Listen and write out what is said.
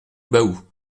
baou